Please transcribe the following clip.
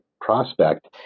prospect